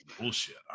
bullshit